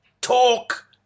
talk